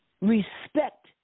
respect